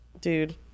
Dude